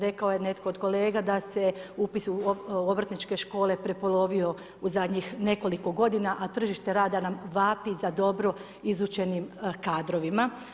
Rekao je netko od kolega da se upis u obrtničke škole prepolovio u zadnjih nekoliko godina a tržište rada nam vapi za dobro izučenim kadrovima.